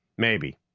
maybe.